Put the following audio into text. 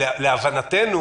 להבנתנו